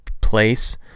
place